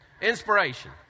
Inspiration